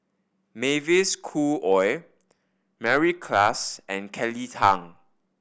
Mavis Khoo Oei Mary Klass and Kelly Tang